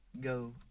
go